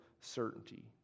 certainty